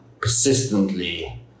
Persistently